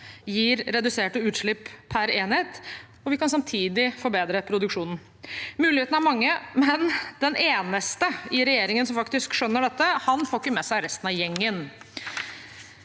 gir reduserte utslipp per enhet, og vi kan samtidig forbedre produksjonen. Mulighetene er mange, men den eneste i regjeringen som faktisk skjønner dette, han får ikke med seg resten av gjengen.